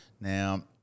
Now